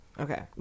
okay